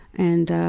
and.